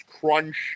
Crunch